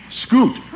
Scoot